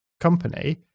company